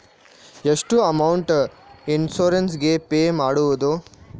ಎಷ್ಟು amount insurance ಗೇ pay ಮಾಡುವುದು?